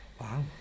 Wow